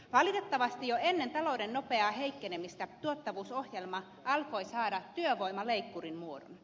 valitettavasti jo ennen talouden nopeaa heikkenemistä tuottavuusohjelma alkoi saada työvoimaleikkurin muodon